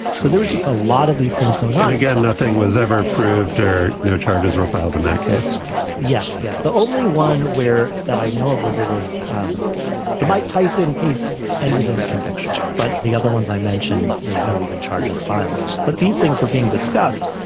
so there was just a lot of these things going on again, nothing was ever proved or no charges were filed in that case yes. yes. the only one where that i know of where there was um the mike tyson case ended in a conviction. but the other ones i mentioned, there was no even charges filed. but these things were being discussed.